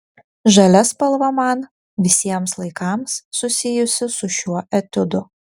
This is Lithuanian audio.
žalia spalva man visiems laikams susijusi su šiuo etiudu